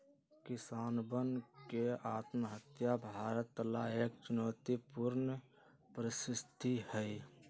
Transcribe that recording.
किसानवन के आत्महत्या भारत ला एक चुनौतीपूर्ण परिस्थिति हई